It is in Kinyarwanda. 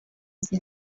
izi